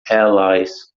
allies